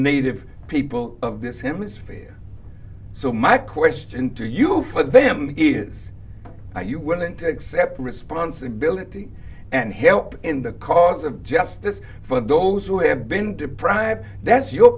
native people of this hemisphere so my question to you for them is are you willing to accept responsibility and help in the cause of justice for those who have been deprived that's your